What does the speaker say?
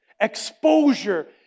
exposure